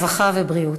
הרווחה והבריאות.